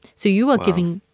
so you are giving.